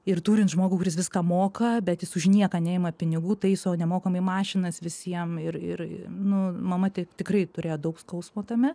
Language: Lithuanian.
ir turint žmogų kuris viską moka bet jis už nieką neima pinigų taiso nemokamai mašinas visiem ir ir nu mama ti tikrai turėjo daug skausmo tame